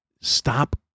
Stop